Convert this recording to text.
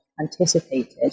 anticipated